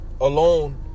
alone